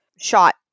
shot